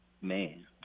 Man